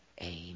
Amen